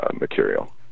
material